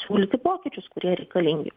siūlyti pokyčius kurie reikalingi